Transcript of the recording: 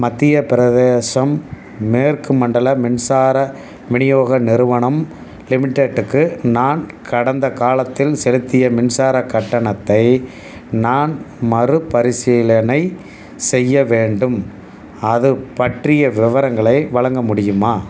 மத்தியப் பிரதேசம் மேற்கு மண்டல மின்சார விநியோக நிறுவனம் லிமிட்டெடுக்கு நான் கடந்த காலத்தில் செலுத்திய மின்சாரக் கட்டணத்தை நான் மறுபரிசீலனை செய்ய வேண்டும் அதுப் பற்றிய விவரங்களை வழங்க முடியுமா